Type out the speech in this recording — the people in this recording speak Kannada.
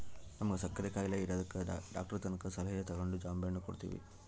ನಮ್ವಗ ಸಕ್ಕರೆ ಖಾಯಿಲೆ ಇರದಕ ಡಾಕ್ಟರತಕ ಸಲಹೆ ತಗಂಡು ಜಾಂಬೆಣ್ಣು ಕೊಡ್ತವಿ